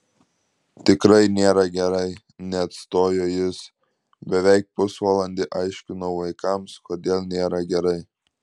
tikrai nėra gerai neatstojo jis beveik pusvalandį aiškinau vaikams kodėl nėra gerai